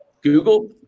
Google